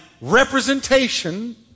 representation